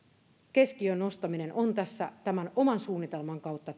keskiöön nostaminen on tässä tämän oman suunnitelman kautta